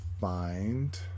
find